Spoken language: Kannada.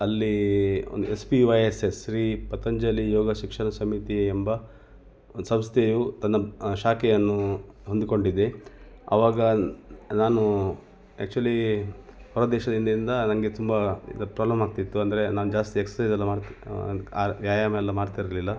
ಅಲ್ಲಿ ಒಂದು S P Y S S Shri Patanjali Yoga Shikshana Samiti ಎಂಬ ಒಂದು ಸಂಸ್ಥೆಯು ತನ್ನ ಶಾಖೆಯನ್ನು ಹೊಂದಿಕೊಂಡಿದೆ ಅವಾಗ ನಾನು ಆ್ಯಕ್ಚುಲಿ ಹೊರ ದೇಶದಿಂದ ನನಗೆ ತುಂಬ ಇದು ಪ್ರೋಬ್ಲಮ್ ಆಗ್ತಿತ್ತು ಅಂದರೆ ನಾನು ಜಾಸ್ತಿ ಎಕ್ಸಸೈಝ್ ಎಲ್ಲ ಮಾಡ್ತಾ ಆ ವ್ಯಾಯಾಮ ಎಲ್ಲ ಮಾಡ್ತಾ ಇರಲಿಲ್ಲ